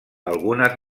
algunes